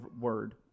word